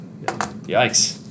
yikes